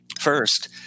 First